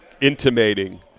intimating